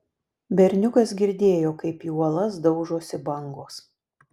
berniukas girdėjo kaip į uolas daužosi bangos